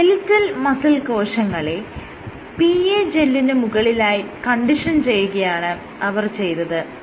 skeletal muscle കോശങ്ങളെ PA ജെല്ലിന് മുകളിലായി കണ്ടീഷൻ ചെയ്യുകയാണ് അവർ ചെയ്തത്